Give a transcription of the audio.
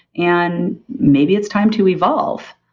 and maybe it's time to evolve.